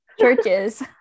churches